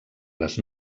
les